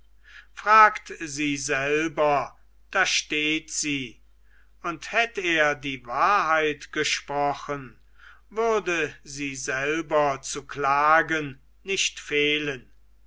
fragt sie selber da steht sie und hätt er die wahrheit gesprochen würde sie selber zu klagen nicht fehlen